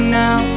now